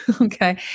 Okay